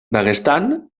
daguestan